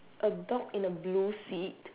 a dog in a blue seat